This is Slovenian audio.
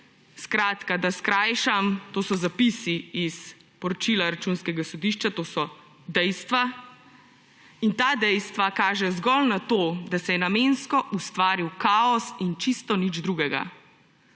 Skratka, da skrajšam, to so zapisi iz poročila Računskega sodišča. To so dejstva. Ta dejstva kažejo zgolj na to, da se je namensko ustvaril kaos in čisto nič drugega.